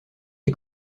est